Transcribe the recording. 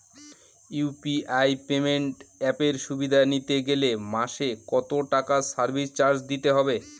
UPI payment অ্যাপের সুবিধা নিতে গেলে মাসে কত টাকা সার্ভিস চার্জ দিতে হবে?